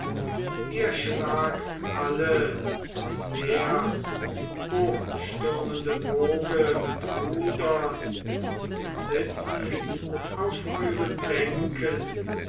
ihr schlagt alle des meers hochstürmende woge mit rudern sitzend auf euren bänken